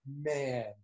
man